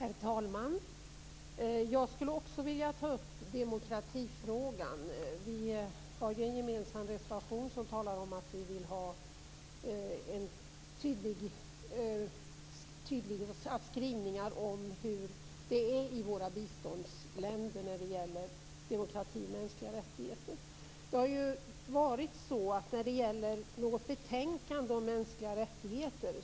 Herr talman! Jag vill också ta upp demokratifrågan. Vi har en gemensam reservation där vi talar om att vi vill ha tydliga skrivningar om hur det står till i Sveriges biståndsländer när det gäller demokrati och mänskliga rättigheter. Utrikesutskottet brukar skriva ett betänkande om mänskliga rättigheter.